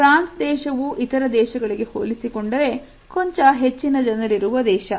France ದೇಶವು ಇತರ ದೇಶಗಳಿಗೆ ಹೋಲಿಸಿಕೊಂಡರೆ ಕೊಂಚ ಹೆಚ್ಚಿನ ಜನರಿರುವ ದೇಶ